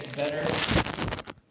Better